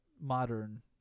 modern